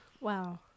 Wow